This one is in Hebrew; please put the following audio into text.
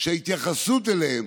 שהתייחסות אליהם